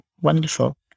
wonderful